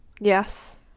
Yes